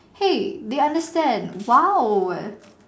hey they under stand !wow!